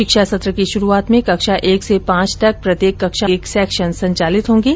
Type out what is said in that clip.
शिक्षा सत्र की शुरूआत में कक्षा एक से पांच तक प्रत्येक कक्षा में एक एक सेक्शन संचालित होंगे